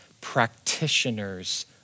practitioners